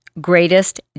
greatest